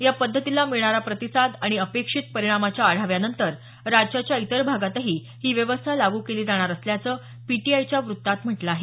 या पद्धतीला मिळणारा प्रतिसाद आणि अपेक्षित परिणामाच्या आढाव्यानंतर राजाच्या इतर भागातही ही व्यवस्था लागू केली जाणार असल्याचं पीटीआयच्या व्रत्तात म्हटलं आहे